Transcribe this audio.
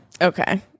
Okay